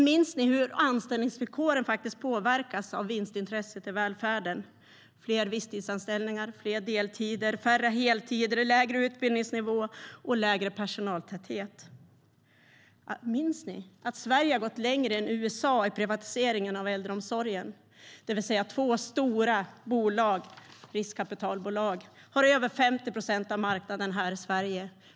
Minns ni att anställningsvillkoren har påverkats av vinstintresset i välfärden genom fler visstidsanställningar, fler deltider, färre heltider, lägre utbildningsnivå och lägre personaltäthet? Minns ni att Sverige har gått längre än USA i privatiseringen av äldreomsorgen? Två stora riskkapitalbolag har över 50 procent av marknaden här i Sverige.